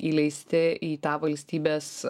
įleisti į tą valstybės